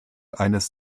eines